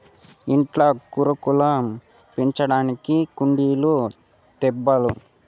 ఇంట్ల కూరాకులు పెంచడానికి కుండీలు తేబ్బా